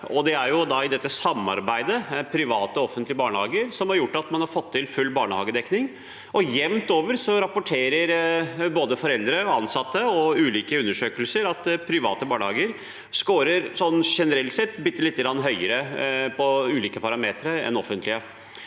Det er dette samarbeidet av private og offentlige barnehager som har gjort at man har fått til full barnehagedekning. Jevnt over rapporte rer både foreldre, ansatte og ulike undersøkelser at private barnehager generelt sett skårer bitte litt høyere på ulike parametere enn offentlige.